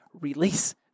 release